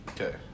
Okay